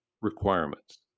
requirements